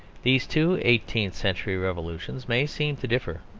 these two eighteenth-century revolutions may seem to differ,